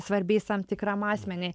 svarbiais tam tikram asmeniui